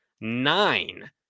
nine